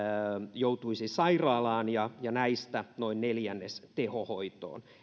joutuisi sairaalaan ja näistä noin neljännes tehohoitoon